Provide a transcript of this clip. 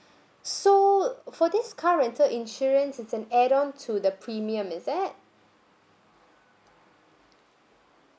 so for this car rental insurance it's an add on to the premium is that